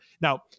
Now